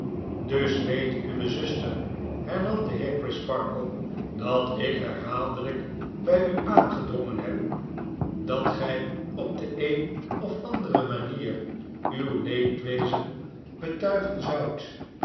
dus weet uwe zuster hernamde heer crisparkle dat ik herhaaldelgk by u aangedrongen heb dat gg op de een of andere manief uw leedwezen betuigen zoudt